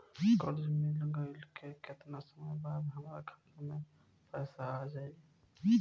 कर्जा मिल गईला के केतना समय बाद हमरा खाता मे पैसा आ जायी?